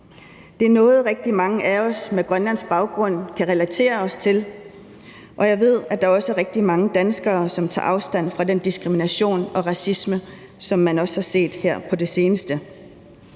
Det er noget, rigtig mange af os med grønlandsk baggrund kan relatere til, og jeg ved, at der også er rigtig mange danskere, som tager afstand fra den diskrimination og racisme, som man også har set her på det seneste.